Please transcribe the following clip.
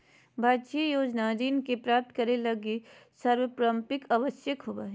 भारतीय योजना ऋण के प्राप्तं करे लगी संपार्श्विक आवश्यक होबो हइ